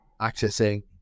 accessing